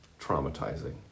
Traumatizing